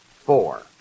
Four